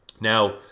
Now